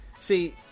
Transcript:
See